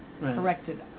corrected